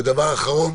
ודבר אחרון,